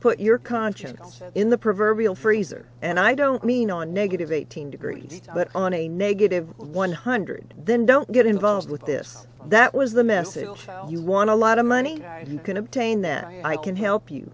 put your conscience in the proverbial freezer and i don't mean on negative eighteen degrees but on a negative one hundred then don't get involved with this that was the message you want to lot of money you can obtain that i can help you